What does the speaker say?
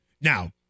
now